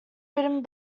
written